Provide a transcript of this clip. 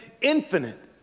infinite